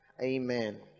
Amen